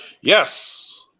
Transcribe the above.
Yes